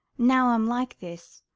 now i'm like this.